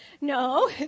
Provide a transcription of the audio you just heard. No